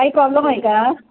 काही प्रॉब्लम आहे का